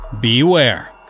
beware